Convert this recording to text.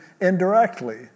indirectly